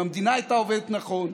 אם המדינה הייתה עובדת נכון.